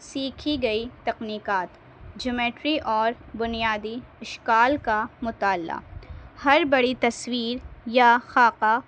سیکھی گئی تکنیکات جومیٹری اور بنیادی اشکال کا مطالعہ ہر بڑی تصویر یا خاکہ